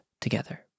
together